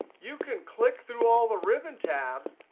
you can click through all the ribbon tabs,